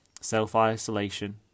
Self-isolation